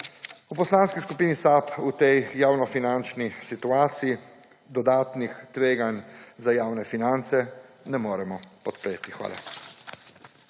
V Poslanski skupini SAB v tej javnofinančni situaciji dodatnih tveganj za javne finance ne moremo podpreti. Hvala.